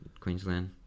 Queensland